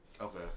Okay